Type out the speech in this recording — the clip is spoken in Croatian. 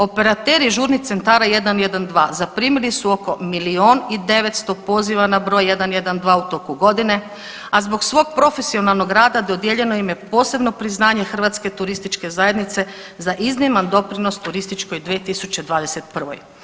Operateri žurnih centara 112 zaprimili su oko milijun i 900 poziva na broj 112 u toku godine, a zbog svog profesionalnog rada dodijeljeno im je posebno priznanje Hrvatske turističke zajednice za izniman doprinos turističkoj 2021.